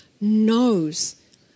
knows